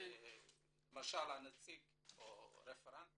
למשל הנציג או הרפרנט